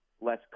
less